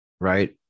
right